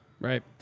Right